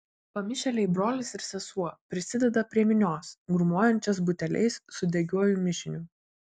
pamišėliai brolis ir sesuo prisideda prie minios grūmojančios buteliais su degiuoju mišiniu